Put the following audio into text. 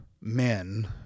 men